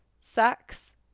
Sex